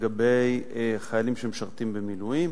לגבי חיילים שמשרתים במילואים